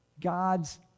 God's